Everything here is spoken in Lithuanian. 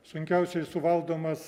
sunkiausiai suvaldomas